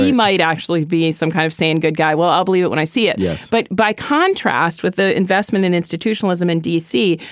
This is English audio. might actually be some kind of saying good guy well i'll believe it when i see it. yes. but by contrast with the investment in institutional ism in d c.